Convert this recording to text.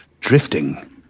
drifting